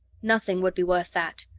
nothing would be worth that.